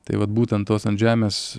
tai vat būtent tos ant žemės